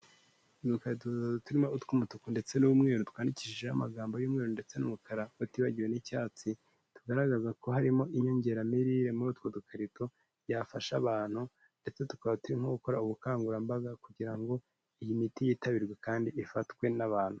nuko ayitubaza uturimo u tw'umutuku ndetse n'umweru twandikishijeho amagambo y'umweru ndetse n'umukara tutibagiwe n'icyatsi tugaragaza ko harimo inyongeramirire muri utwo dukarito yafasha abantu ndetse tukaba nko gukora ubukangurambaga kugira ngo iyi miti yitabirwe kandi ifatwe n'abantu